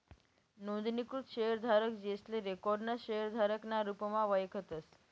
नोंदणीकृत शेयरधारक, जेसले रिकाॅर्ड ना शेयरधारक ना रुपमा वयखतस